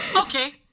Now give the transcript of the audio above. Okay